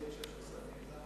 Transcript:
אני חושב שכספים זה המקום.